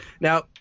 Now